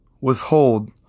withhold